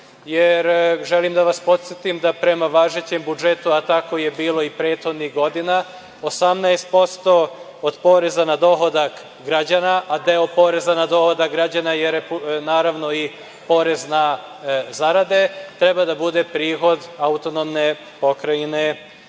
jer želim da vas podsetim da prema važećem budžetu, a tako je bilo i prethodnih godina, 18% od poreza na dohodak građana, a deo poreza na dohodak građana je naravno i porez na zarade, treba da bude prihod AP Vojvodine. Rekli